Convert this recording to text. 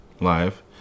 Live